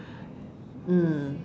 mm